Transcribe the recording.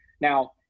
Now